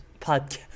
Podcast